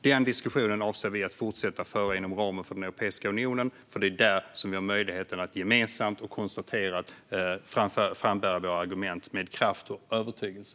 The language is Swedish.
Den diskussionen avser vi att fortsätta föra inom ramen för Europeiska unionen, för det är där som vi har möjligheten att gemensamt och konserterat frambära våra argument med kraft och övertygelse.